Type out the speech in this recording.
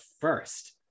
first